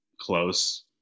close